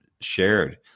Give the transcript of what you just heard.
shared